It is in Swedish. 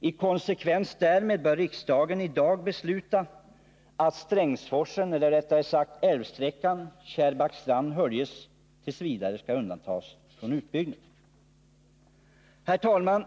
I konsekvens därmed bör riksdagen i dag besluta att Strängsforsen, dvs. älvsträckan Kärrbäckstrand-Höljes, t. v. skall undantas från utbyggnad. Herr talman!